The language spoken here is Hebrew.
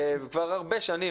וכבר הרבה שנים,